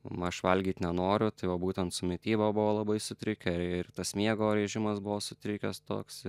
na aš valgyt nenoriu tai va būtent su mityba buvo labai sutrikę ir tas miego režimas buvo sutrikęs toks